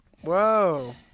Whoa